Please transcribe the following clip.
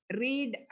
read